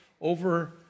over